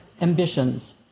ambitions